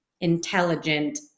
intelligent